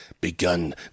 begun